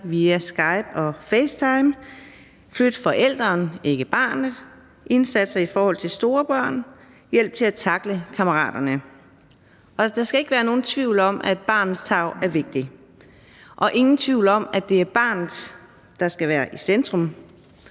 via Skype og Facetime; flyt forælderen, ikke barnet; indsatser i forhold til store børn; hjælp til at tackle kammeraterne. Der skal ikke være nogen tvivl om, at barnets tarv er vigtig, og heller ingen tvivl om, at det er barnet, der skal være i centrum.